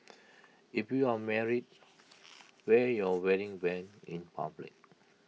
if you're married wear your wedding Band in public